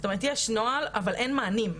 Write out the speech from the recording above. זאת אומרת, יש נוהל אבל אין מענים.